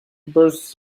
burst